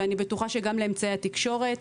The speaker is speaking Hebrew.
ואני בטוחה שגם לאמצעי התקשורת,